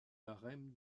harem